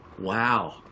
Wow